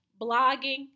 blogging